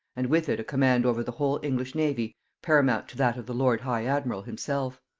and with it a command over the whole english navy paramount to that of the lord-high-admiral himself.